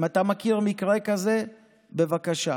אם אתה מכיר מקרה כזה, בבקשה.